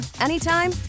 anytime